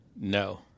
No